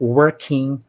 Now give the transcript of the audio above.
working